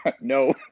No